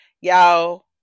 Y'all